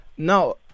now